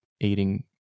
eating